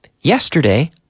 Yesterday